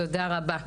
תודה רבה.